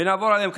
ונעבור עליהם.